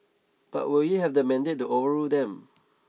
but will he have the mandate to overrule them